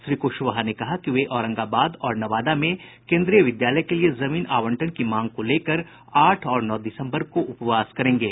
श्री कुशवाहा ने कहा कि वे औरंगाबाद और नवादा में केन्द्रीय विद्यालय के लिए जमीन आवंटन की मांग को लेकर आठ और नौ दिसम्बर को उपवास करेंगे